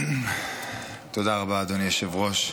תודה רבה, אדוני היושב-ראש.